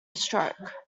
stroke